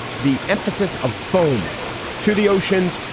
the emphasis of foam to the oceans,